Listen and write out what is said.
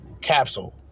Capsule